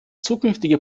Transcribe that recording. zukünftige